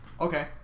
Okay